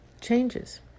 changes